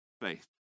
faith